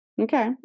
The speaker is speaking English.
okay